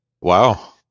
Wow